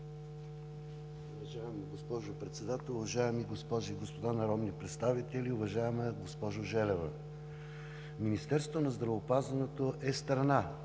Уважаема госпожо Председател, уважаеми госпожи и господа народни представители! Уважаема госпожо Желева, Министерството на здравеопазването е страна